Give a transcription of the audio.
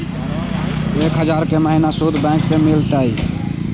एक हजार के महिना शुद्ध बैंक से मिल तय?